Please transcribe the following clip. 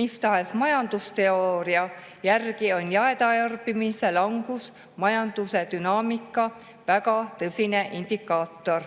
Mistahes majandusteooria järgi on jaetarbimise langus majanduse dünaamika väga tõsine indikaator.